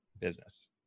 business